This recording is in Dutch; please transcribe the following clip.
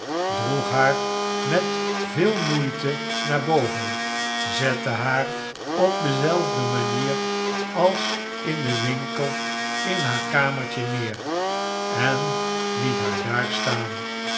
droeg haar met veel moeite naar boven zette haar op dezelfde manier als in den winkel in haar kamertje neer en liet haar daar staan